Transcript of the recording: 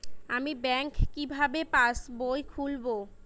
আমি ব্যাঙ্ক কিভাবে পাশবই খুলব?